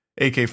AK